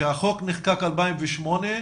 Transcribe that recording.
החוק נחקק ב-2008,